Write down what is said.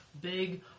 big